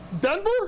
Denver